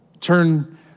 Turn